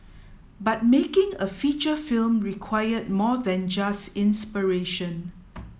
but making a feature film required more than just inspiration